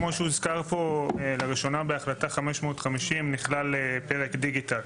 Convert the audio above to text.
כמו שהוזכר פה לראשונה בהחלטה 550 נכלל פרק דיגיטל.